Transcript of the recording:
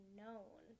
known